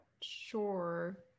sure